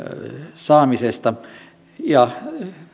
saamisesta ja